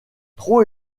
trop